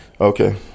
Okay